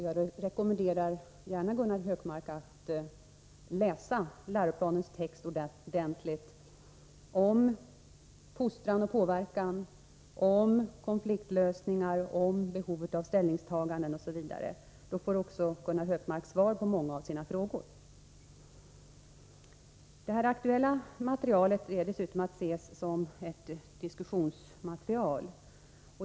Jag rekommenderar Gunnar Hökmark att läsa läroplanernas text ordentligt i de avsnitt som behandlar fostran och påverkan, konfliktlösning, behovet av ställningstaganden osv. — då får Gunnar Hökmark också svar på många av sina frågor. Det aktuella materialet är dessutom att se som ett diskussionsmaterial.